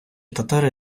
татари